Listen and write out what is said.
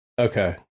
okay